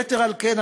יתר על כן,